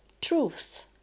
truth